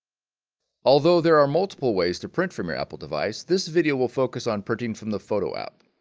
although there are multiple ways to print from your apple device this video will focus on printing from the photo app.